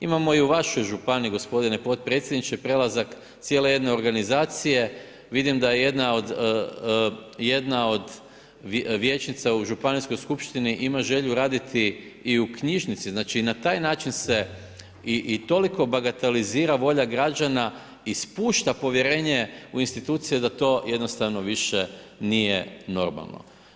Imamo i u vašoj županije, gospodine potpredsjedniče, prelazak cijele jedne organizacije, vidim da je jedna od vijećnica u županijskoj skupštini ima želju raditi i u knjižnici, znači i na taj način se i toliko bagatelizira volja građana i spušta povjerenje u institucije da to jednostavno više nije normalno.